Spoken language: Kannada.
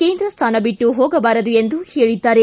ಕೇಂದ್ರ ಸ್ಥಾನ ಬಿಟ್ಟು ಹೋಗಬಾರದು ಎಂದು ಹೇಳಿದ್ದಾರೆ